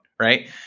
Right